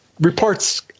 reports